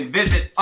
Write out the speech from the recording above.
visit